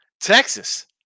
Texas